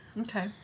Okay